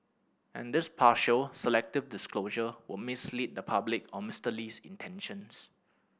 and this partial selective disclosure would mislead the public on Mister Lee's intentions